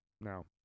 No